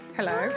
Hello